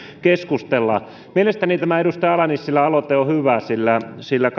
keskustellaan mielestäni edustaja ala nissilän aloite on hyvä sillä sillä